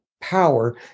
power